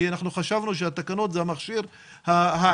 כי אנחנו חושבים שהתקנות הו המכשיר העיקרי